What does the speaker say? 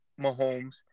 Mahomes